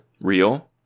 real